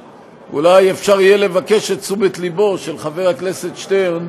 אולי אפשר יהיה לבקש את תשומת לבו של חבר הכנסת שטרן.